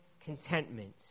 contentment